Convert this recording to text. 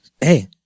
Hey